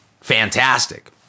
fantastic